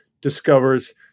discovers